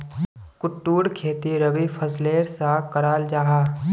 कुट्टूर खेती रबी फसलेर सा कराल जाहा